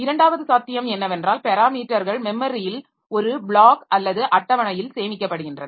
இரண்டாவது சாத்தியம் என்னவென்றால் பெராமீட்டர்கள் மெமரியில் ஒரு ப்ளாக் அல்லது அட்டவணையில் சேமிக்கப்படுகின்றன